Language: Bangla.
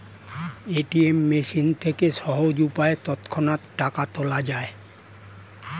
এ.টি.এম মেশিন থেকে সহজ উপায়ে তৎক্ষণাৎ টাকা তোলা যায়